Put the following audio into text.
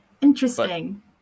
Interesting